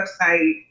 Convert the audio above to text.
website